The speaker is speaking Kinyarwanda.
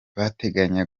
bateganya